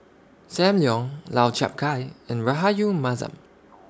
SAM Leong Lau Chiap Khai and Rahayu Mahzam